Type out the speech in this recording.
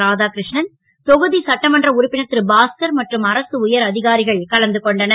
ராதாகிரு ணன் தொகு சட்டமன்ற உறுப்பினர் ருபாஸ்கர் மற்றும் அரசு உயர் அ காரிகள் கலந்து கொண்டனர்